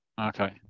Okay